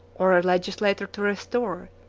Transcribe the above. or a legislator to restore,